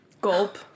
Gulp